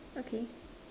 okay